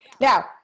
Now